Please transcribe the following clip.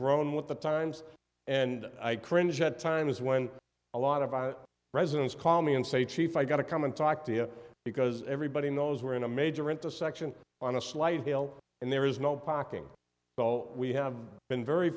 grown with the times and i cringe at times when a lot of residents call me and say chief i got to come and talk to you because everybody knows we're in a major intersection on a slight hill and there is no parking but all we have been very